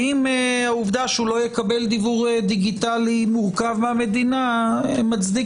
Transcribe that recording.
האם העובדה שהוא לא יקבל דיוור דיגיטלי מורכב מהמדינה מצדיק